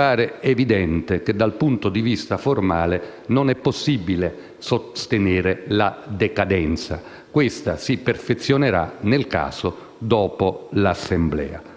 quindi evidente che dal punto di vista formale non è possibile sostenere l'avvenuta decadenza, che si perfezionerà nel caso dopo l'assemblea.